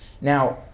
now